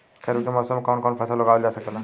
खरीफ के मौसम मे कवन कवन फसल उगावल जा सकेला?